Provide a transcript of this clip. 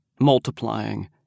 multiplying